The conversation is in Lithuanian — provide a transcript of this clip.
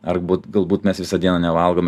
ar būt galbūt mes visą dieną nevalgom